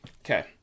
okay